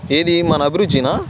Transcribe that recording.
ఏది మన అభిరుచిన